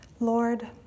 Lord